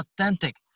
authentic